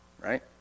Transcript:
right